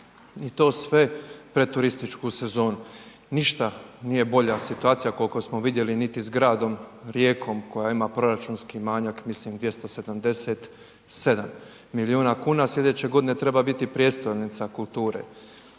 i to sve, pred turističku sezonu. Ništa nije bolja situacija, koliko smo vidjeli niti s gradom Rijekom, koja ima proračunski manjak, mislim 277 milijuna kuna. Sljedeće godine treba biti prijestolnica kulture.